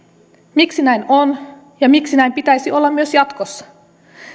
miksi näin on ja miksi näin pitäisi olla myös jatkossa